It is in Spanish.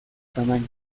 tamaño